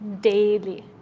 daily